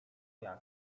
jak